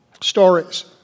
stories